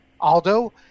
Aldo